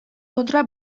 kontra